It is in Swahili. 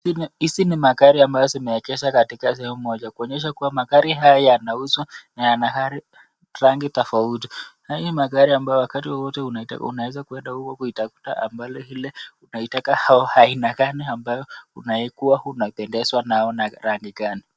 Hizi ni magari ambazo zimeengeshwa katika sehemu moja, kuonyesha kwamba magari haya yanauzwa na yana rangi tofauti. Ni magari ambayo wakati wote unaweza kwenda uko Kuitafuta ambalo ile unaitaka au aina gani ambayo unayoikuwa unapendezwa nayo na rangi gani.